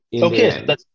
Okay